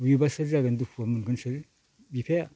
बुयोब्ला सोर जागोन दुखुआ मोनगोन सोर बिफाया